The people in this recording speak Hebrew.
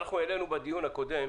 אנחנו העלינו בדיון הקודם